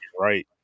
Right